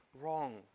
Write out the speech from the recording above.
wrong